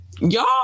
y'all